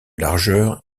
largeur